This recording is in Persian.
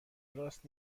راست